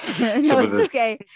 okay